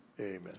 amen